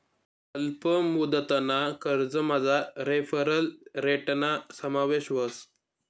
अल्प मुदतना कर्जमझार रेफरल रेटना समावेश व्हस